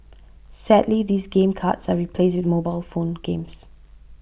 sadly these game cards are replaced with mobile phone games